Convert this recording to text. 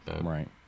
Right